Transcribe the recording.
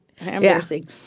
embarrassing